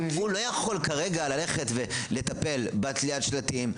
הוא לא יכול כרגע ללכת ולטפל בתליית שלטים,